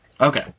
Okay